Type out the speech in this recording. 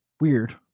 Weird